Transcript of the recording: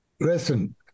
listen